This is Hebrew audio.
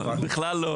בכלל לא,